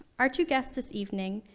our two guest's this evening,